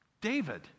David